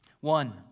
One